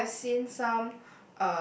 like I've seen some